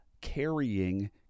carrying